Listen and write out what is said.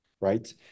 right